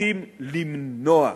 מבטיחים למנוע.